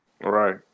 Right